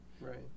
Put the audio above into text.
Right